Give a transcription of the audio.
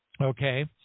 okay